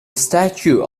statue